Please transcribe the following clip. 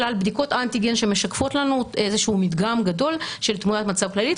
אלא על בדיקות אנטיגן שמשקפות לנו איזשהו מדגם גדול של תמונת מצב כללית.